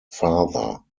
father